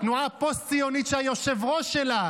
(חברת הכנסת נעמה לזימי יוצאת מאולם